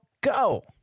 go